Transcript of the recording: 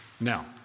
Now